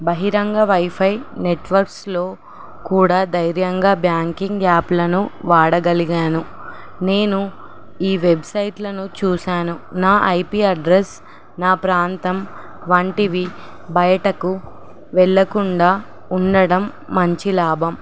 బహిరంగ వైఫై నెట్వర్క్స్లో కూడా ధైర్యంగా బ్యాంకింగ్ యాప్లను వాడగలిగాను నేను ఈ వెబ్సైట్లను చూసాను నా ఐపీ అడ్రస్ నా ప్రాంతం వంటివి బయటకు వెళ్ళకుండా ఉండడం మంచి లాభం